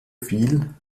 fiel